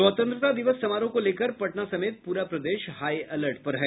स्वतंत्रता दिवस समारोह को लेकर पटना समेत पूरा प्रदेश हाई अलर्ट पर है